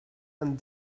and